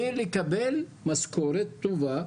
ולקבל משכורת טובה,